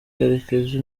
karekezi